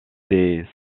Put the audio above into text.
des